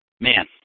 man